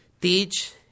teach